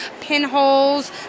pinholes